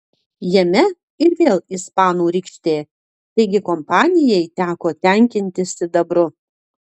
jame ir vėl ispanų rykštė taigi kompanijai teko tenkintis sidabru